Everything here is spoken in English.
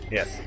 Yes